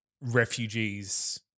refugees